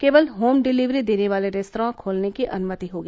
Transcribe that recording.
केवल home delivery देने वाले रेस्तरां खोलने की अनुमति होगी